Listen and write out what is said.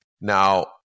Now